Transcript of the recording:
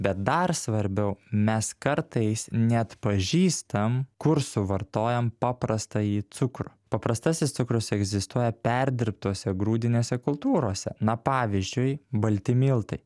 bet dar svarbiau mes kartais neatpažįstam kur suvartojam paprastąjį cukrų paprastasis cukrus egzistuoja perdirbtose grūdinėse kultūrose na pavyzdžiui balti miltai